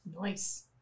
Nice